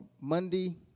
Monday